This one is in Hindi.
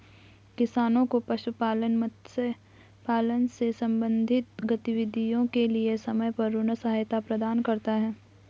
किसानों को पशुपालन, मत्स्य पालन से संबंधित गतिविधियों के लिए समय पर ऋण सहायता प्रदान करता है